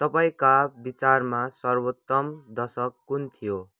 तपाईँका विचारमा सर्वोत्तम दशक कुन थियो